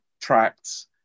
tracts